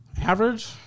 Average